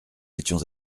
étions